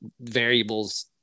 variables